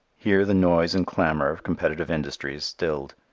here the noise and clamor of competitive industry is stilled.